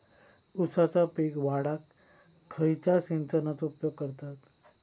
ऊसाचा पीक वाढाक खयच्या सिंचनाचो उपयोग करतत?